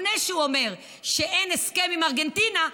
לפני שהוא אומר שאין הסכם עם ארגנטינה,